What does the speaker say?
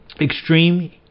Extreme